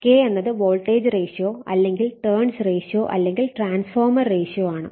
K എന്നത് voltage ratio അല്ലെങ്കിൽ turns ratio അല്ലെങ്കിൽ ട്രാൻസ്ഫോർമേഷൻ റേഷ്യോ ആണ്